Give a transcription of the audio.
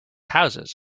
houses